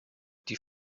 die